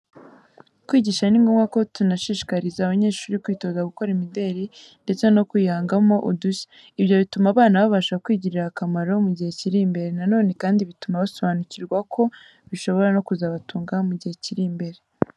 Kwigisha ni ngombwa ko tunashishikariza abanyeshuri kwitoza gukora imideri ndetse no kuyihangamo udushya. Ibyo bituma abana babasha kwigirira akamaro mu gihe kiri imbere. Nanone kandi bituma basobanukirwa ko bishobora no kuzabatunga mu gihe kiri imbere.